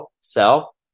sell